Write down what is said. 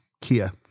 Kia